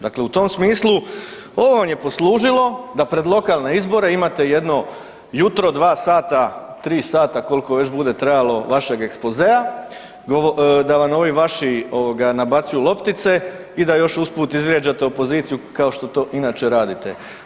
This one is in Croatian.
Dakle, u tom smislu ovo vam je poslužilo da pred lokalne izbore imate jedno jutro dva sata, tri sata, kolko već bude trebalo vašeg ekspozea da vam ovi vaši ovoga nabacuju loptice i da još usput izvrijeđate opoziciju kao što to inače radite.